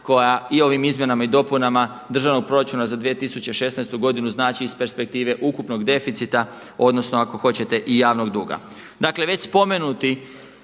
koja i ovim Izmjenama i dopunama Državnog proračuna za 2016. godinu znači iz perspektive ukupnog deficita, odnosno ako hoćete i javnog duga. Dakle već spomenuti